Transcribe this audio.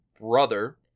Brother